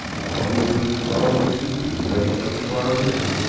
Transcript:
i'll lose by you, but you ain't, going to worry me.